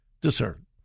discern